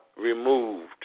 removed